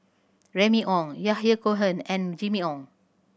Remy Ong Yahya Cohen and Jimmy Ong